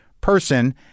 Person